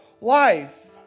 life